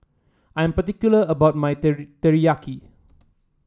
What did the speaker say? I'm particular about my Teriyaki